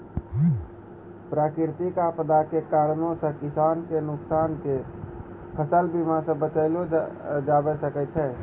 प्राकृतिक आपदा के कारणो से किसान के नुकसान के फसल बीमा से बचैलो जाबै सकै छै